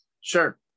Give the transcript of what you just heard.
sure